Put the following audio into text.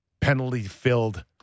penalty-filled